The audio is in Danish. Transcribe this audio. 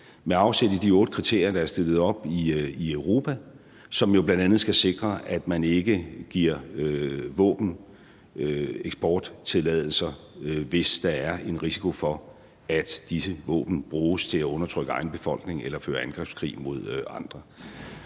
med afsæt i de otte kriterier, der er stillet op i Europa, som jo bl.a. skal sikre, at man ikke giver våbeneksporttilladelser, hvis der er en risiko for, at disse våben bruges til at undertrykke ens egen befolkning eller føre angrebskrig mod andre.